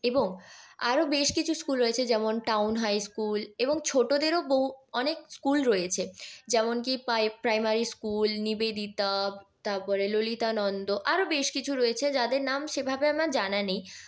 এবং আরও বেশ কিছু স্কুল রয়েছে যেমন টাউন হাইস্কুল এবং ছোটোদেরও বহু অনেক স্কুল রয়েছে যেমন কি প্রাইমারি স্কুল নিবেদিতা তারপরে ললিতানন্দ আরও বেশ কিছু রয়েছে যাদের নাম সেভাবে আমার জানা নেই